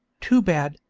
too bad,